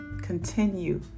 continue